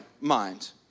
mind